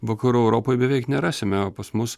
vakarų europoj beveik nerasime o pas mus